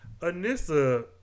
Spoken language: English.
Anissa